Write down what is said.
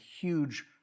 huge